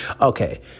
Okay